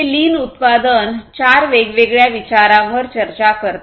हे लीन उत्पादन चार वेगवेगळ्या विचारांवर चर्चा करते